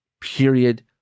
period